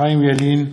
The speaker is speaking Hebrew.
חיים ילין,